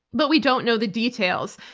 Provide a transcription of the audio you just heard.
but we don't know the details.